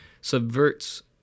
subverts